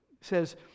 says